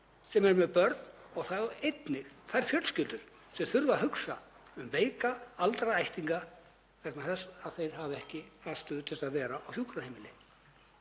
sem eru með börn og þá einnig þeirra fjölskyldna sem þurfa að hugsa um veika aldraða ættingja vegna þess að þeir hafa ekki aðstöðu til að vera á hjúkrunarheimili.